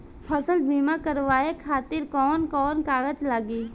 फसल बीमा करावे खातिर कवन कवन कागज लगी?